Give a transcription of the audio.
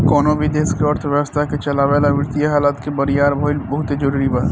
कवनो भी देश के अर्थव्यवस्था के चलावे ला वित्तीय हालत के बरियार भईल बहुते जरूरी बा